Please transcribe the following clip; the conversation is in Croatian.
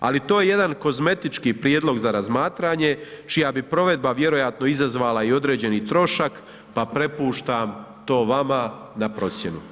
Ali to je jedan kozmetički prijedlog za razmatranje čija bi provedba vjerojatno izazvala i određeni trošak pa prepuštam to vama na procjenu.